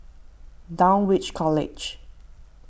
Dulwich College